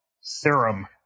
serum